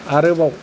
आरोबाव